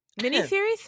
miniseries